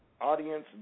audience